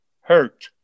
hurt